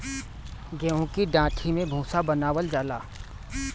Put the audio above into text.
गेंहू की डाठी से भूसा बनावल जाला